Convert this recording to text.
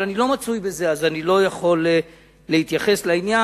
אבל אני לא מצוי בזה אז אני לא יכול להתייחס לעניין.